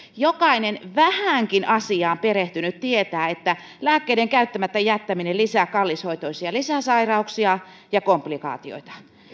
jokainen vähänkin asiaan perehtynyt tietää että lääkkeiden käyttämättä jättäminen lisää kallishoitoisia lisäsairauksia ja komplikaatioita